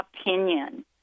opinion